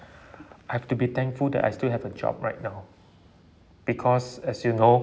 I have to be thankful that I still have a job right now because as you know